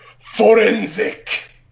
Forensic